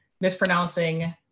mispronouncing